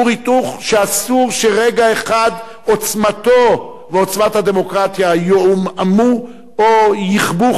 כור היתוך שאסור שרגע אחד עוצמתו ועוצמת הדמוקרטיה יעומעמו או יכבו,